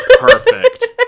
Perfect